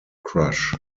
crush